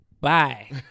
bye